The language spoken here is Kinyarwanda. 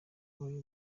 wari